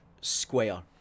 Square